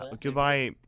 goodbye